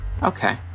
Okay